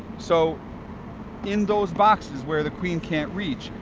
so in those boxes where the queen can't reach,